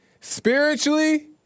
Spiritually